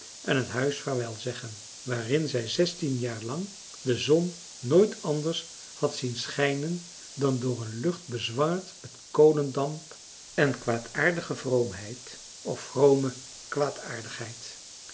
en het huis vaarwel zeggen waarin zij zestien jaar lang de zon nooit anders had zien schijnen dan door een lucht bezwangerd met kolendamp en kwaadaardige vroomheid of vrome